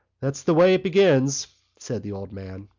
that's the way it begins, said the old man.